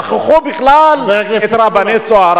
שכחו בכלל את רבני "צהר",